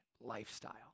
lifestyle